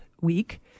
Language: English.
week